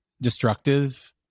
destructive